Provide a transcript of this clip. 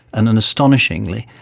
and and astonishingly,